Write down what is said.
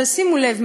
אבל שימו לב,